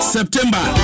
September